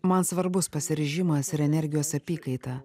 man svarbus pasiryžimas ir energijos apykaita